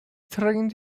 trained